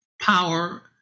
power